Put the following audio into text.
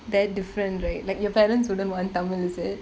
that different right like your parents wouldn't want tamil is it